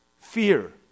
fear